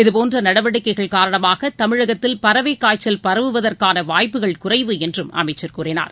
இதபோன்ற நடவடிக்கைகள் காரணமாக தமிழகத்தில் பறவைக் காய்ச்சல் பரவுவதற்கான வாய்ப்புகள் குறைவு என்றும் அமைச்சர் கூறினார்